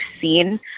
seen